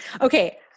Okay